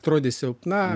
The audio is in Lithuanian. atrodys silpna